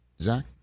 zach